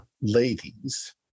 ladies